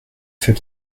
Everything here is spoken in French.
fait